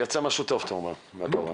יצא משהו טוב, אתה אומר, מהקורונה?